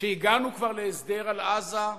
שהגענו כבר להסדר על עזה,